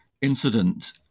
incident